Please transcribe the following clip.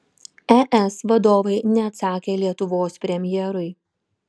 es vadovai neatsakė lietuvos premjerui